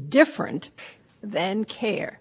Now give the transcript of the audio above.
says the agent but it doesn't matter what the that's what they say and that's what we say is arbitrary they say we can't look at it because it was an old rule that was declared invalid but whatever the reason why up when emissions were reduced whether it's care